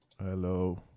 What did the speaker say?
hello